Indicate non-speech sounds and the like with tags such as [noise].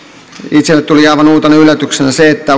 itselle tuli aivan uutena yllätyksenä se että [unintelligible]